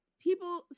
people